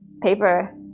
paper